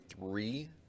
three